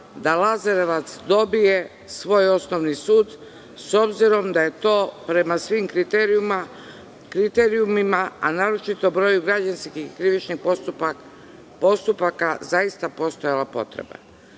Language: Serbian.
da Lazarevac dobije svoj osnovni sud, s obzirom da je to prema svim kriterijumima, a naročito broju građanskih krivičnih postupaka zaista postojala potreba. Predlog